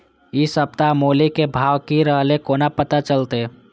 इ सप्ताह मूली के भाव की रहले कोना पता चलते?